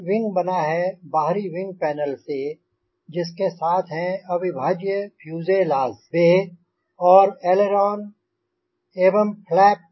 हर wing बना है बाहरी विंग पैनल से जिसके साथ हैं अविभाज्य फ़्यूअल बे और एलरान एवं फ़्लैप